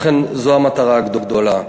לכן, זו המטרה הגדולה.